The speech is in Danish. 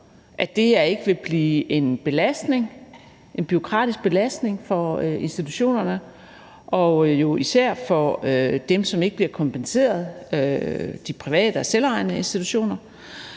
at det her ikke vil blive en bureaukratisk belastning for institutionerne og især for dem, der ikke bliver kompenseret, altså de private og selvejende institutioner,